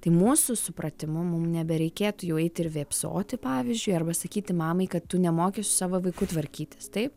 tai mūsų supratimu mum nebereikėtų jau eiti ir vėpsoti pavyzdžiui arba sakyti mamai kad tu nemoki su savo vaiku tvarkytis taip